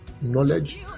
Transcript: knowledge